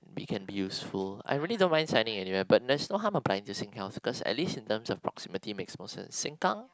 we can be useful I really don't mind signing anywhere but I don't really mind there's really no harm applying to Sengkang at least in proximity Simpang